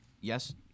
yes